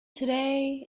today